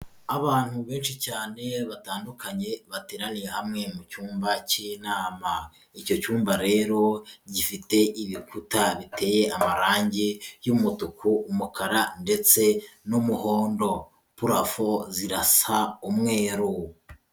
Abantu benshi cyane batandukanye, bateraniye hamwe mu cyumba cy'inama, icyo cyumba rero gifite ibikuta biteye amarangi y'umutuku, umukara ndetse n'umuhondo, parafo zirasa umweru.